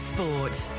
Sports